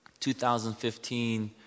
2015